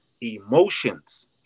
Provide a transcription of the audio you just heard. emotions